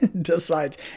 Decides